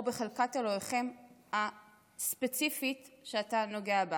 בחלקת אלוהיכם הספציפית שאתה נוגע בה